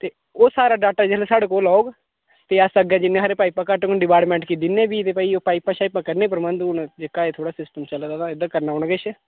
ते ओह् सारा डाटा जेल्लै साढ़े कोल औग ते अस अग्गें जिन्ने थाह्रै पाइपां घट्ट होङन डिपार्टमैंट गी दिन्ने पी पाइपां शाइपां करने प्रबंध हून जेह्का एह् थोह्ड़ा सिस्टम चलै दा एह्दा करना पौना किश